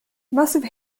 massive